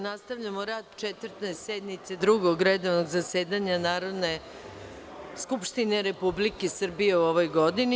nastavljamo rad Četvrte sednice Drugog redovnog zasedanja Narodne skupštine Republike Srbije u 2016. godini.